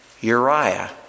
Uriah